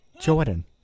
Jordan